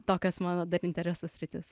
tokios mano dar interesų sritys